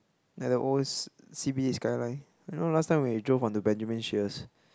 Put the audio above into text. ya the old C~ C_B_D skyline you know last time when you drove onto Benjamin-Sheares